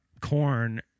Corn